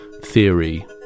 theory